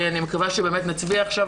אני מקווה שנצביע עכשיו,